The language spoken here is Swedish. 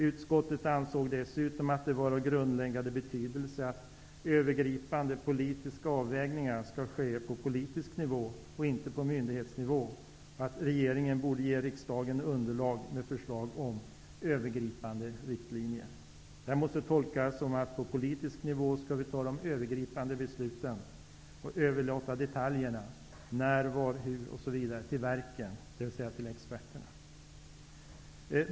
Utskottet ansåg dessutom att det var av grundläggande betydelse att övergripande politiska avvägningar skall ske på politisk nivå och inte på myndighetsnivå och att regeringen borde ge riksdagen ett underlag med förslag till övergripande riktlinjer. Det här måste tolkas som att de övergripande besluten skall fattas på politisk nivå och att vi skall överlåta detaljerna -- när, var, hur, osv -- till verken, dvs. experterna.